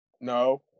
No